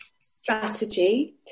strategy